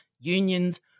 Unions